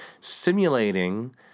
simulating –